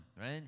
right